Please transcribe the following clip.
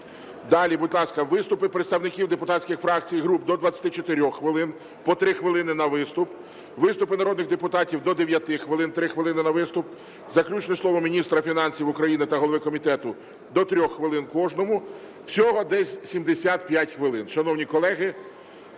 Далі, будь ласка. Виступи представників депутатських фракцій і груп – до 24 хвилин (по 3 хвилини на виступ); виступи народних депутатів – до 9 хвилин (3 хвилини на виступ); заключне слово міністра фінансів України та голови комітету – до 3 хвилин кожному. Всього десь 75 хвилин, шановні колеги.